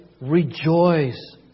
rejoice